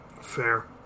Fair